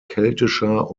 keltischer